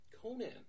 conan